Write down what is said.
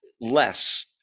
less